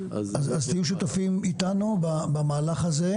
תהיו שותפים איתנו במהלך הזה,